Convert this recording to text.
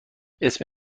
اسم